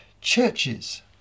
churches